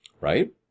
Right